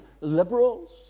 liberals